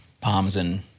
Parmesan